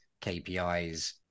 KPIs